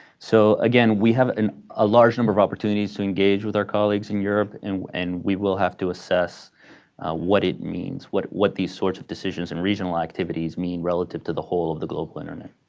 so again, we have a ah large number of opportunities to engage with our colleagues in europe and and we will have to assess what it means, what what these sorts of decisions and regional activities mean relative to the whole of the global internet.